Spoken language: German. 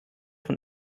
von